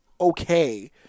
okay